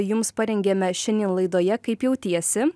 jums parengėme šiandien laidoje kaip jautiesi